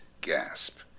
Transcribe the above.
gasp